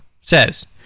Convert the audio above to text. says